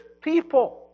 people